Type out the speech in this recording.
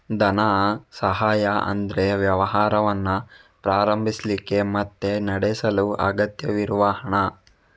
ಧನ ಸಹಾಯ ಅಂದ್ರೆ ವ್ಯವಹಾರವನ್ನ ಪ್ರಾರಂಭಿಸ್ಲಿಕ್ಕೆ ಮತ್ತೆ ನಡೆಸಲು ಅಗತ್ಯವಿರುವ ಹಣ